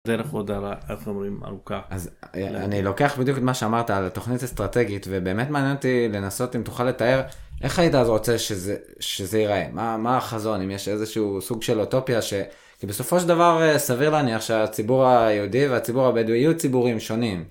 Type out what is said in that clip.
הדרך עוד, איך אומרים, ארוכה. אז אני לוקח בדיוק מה שאמרת על התוכנית האסטרטגית ובאמת מעניין אותי לנסות אם תוכל לתאר איך היית אז רוצה שזה ייראה מה החזון אם יש איזשהו סוג של אוטופיה כי בסופו של דבר סביר להניח שהציבור היהודי והציבור הבדואי יהיו ציבורים שונים.